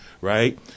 right